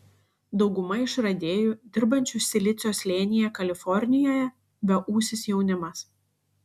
dauguma išradėjų dirbančių silicio slėnyje kalifornijoje beūsis jaunimas